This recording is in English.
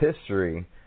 history